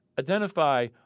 Identify